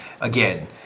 again